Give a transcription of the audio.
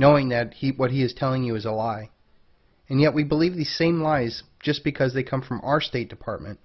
knowing that he what he is telling you is a lie and yet we believe the same lies just because they come from our state department